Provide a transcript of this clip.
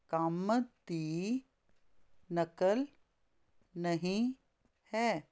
ਕੰਮ ਦੀ ਨਕਲ ਨਹੀਂ ਹੈ